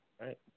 Right